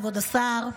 כבוד השר,